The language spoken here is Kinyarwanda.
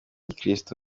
gikirisitu